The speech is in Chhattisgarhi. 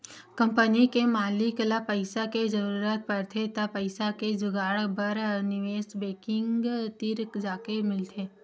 कंपनी के मालिक ल पइसा के जरूरत परथे त पइसा के जुगाड़ बर निवेस बेंकिग तीर जाके मिलथे